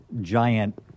giant